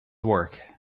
work